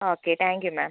okay thank you ma'am